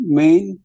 main